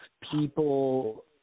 people